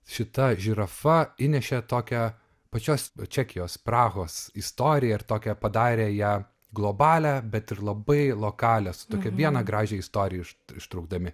šita žirafa įnešė tokią pačios čekijos prahos istoriją ir tokią padarė ją globalią bet ir labai lokalią tokią vieną gražią istoriją iš ištraukdami